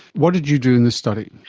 what did you do in this study?